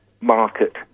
market